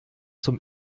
zum